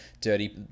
Dirty